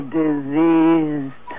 diseased